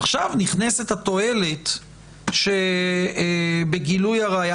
עכשיו נכנסת התועלת שבגילוי הראיה